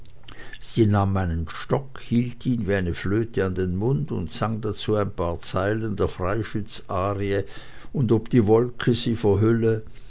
sie nahm meinen stock hielt ihn wie eine flöte an den mund und sang dazu ein paar zeilen der freischützarie und ob die wolke sie verhülle